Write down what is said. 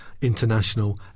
international